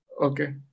Okay